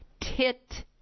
tit